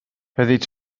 bydd